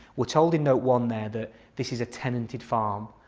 we're told in note one there that this is a tenanted farm.